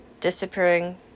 disappearing